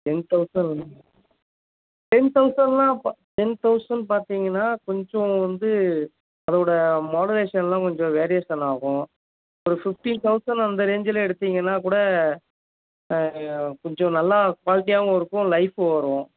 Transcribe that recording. ten thousand ten தௌசண்ட்லாம் பா ten thousand பார்த்தீங்கன்னா கொஞ்சம் வந்து அதோடய மாடுலேஷன்லாம் கொஞ்சம் வேரியேசன் ஆகும் ஒரு ஃபிஃப்டீன் தௌசண்ட் அந்த ரேஞ்சில் எடுத்தீங்கன்னாக்கூட கொஞ்சம் நல்லா குவாலிட்டியாகவும் இருக்கும் லைஃபும் வரும்